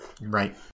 Right